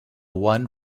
one